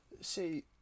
See